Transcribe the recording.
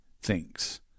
thinks